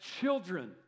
children